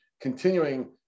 continuing